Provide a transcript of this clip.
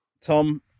Tom